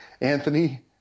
Anthony